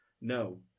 No